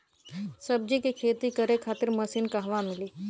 सब्जी के खेती करे खातिर मशीन कहवा मिली?